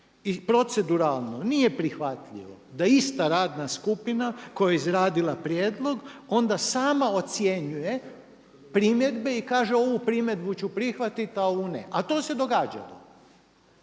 I proceduralno nije prihvatljivo da ista radna skupina koja je izradila prijedlog onda sama ocjenjuje primjedbe i kaže ovu primjedbu ću prihvatiti, a ovu ne, a to se događalo.